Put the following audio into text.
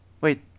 Wait